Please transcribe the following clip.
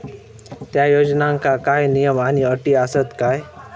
त्या योजनांका काय नियम आणि अटी आसत काय?